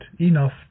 enough